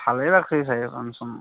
ভালে লাগিছে চাই ফাংচন